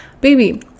baby